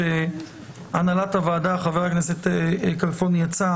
שחה"כ כלפון יצא,